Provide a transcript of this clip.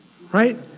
right